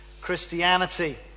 Christianity